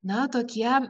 na tokie